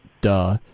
duh